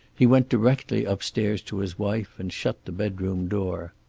he went directly upstairs to his wife, and shut the bedroom door.